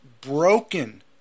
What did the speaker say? broken